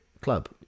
club